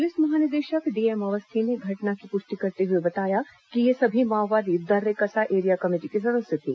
police महानिदेशक D M Awasthi ने घटना की पुष्टि करते हुए बताया कि ये सभी माओवादी दर्रेकसा एरिया कमेटी के सदस्य थे